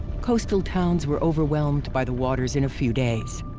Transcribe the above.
coastal towns were overwhelmed by the waters in a few days.